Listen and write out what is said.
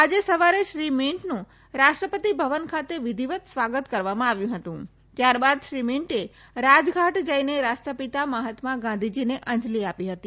આજે સવારે શ્રી મીંટનું રાષ્ટ્રપતિ ભવન ખાતે વિધિવત સ્વાગત કરવામાં આવ્યુ હતુ ત્યારબાદ શ્રી મિંટે રાજઘાટ જઇને રાષ્ટ્રપિતા મહાત્મા ગાંધીજીને અંજલી આપી હતી